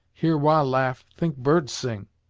hear wah laugh, think bird sing!